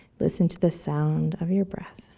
listen to the sound of your breath.